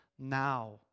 Now